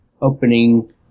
opening